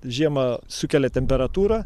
žiemą sukelia temperatūrą